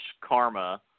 karma